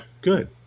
Good